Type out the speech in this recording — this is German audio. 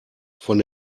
von